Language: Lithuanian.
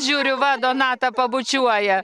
žiūriu va donatą pabučiuoja